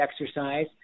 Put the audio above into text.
exercise